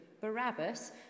Barabbas